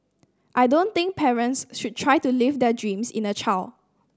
I don't think parents should try to live their dreams in a child